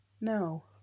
No